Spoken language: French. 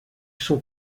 son